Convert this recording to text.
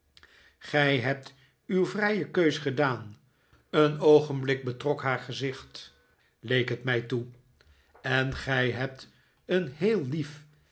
gij hebt uw vrije keus gedaan een oogenblik betrok haar gezicht leek het mij toe en gij hebt een heel lief